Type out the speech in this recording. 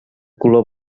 color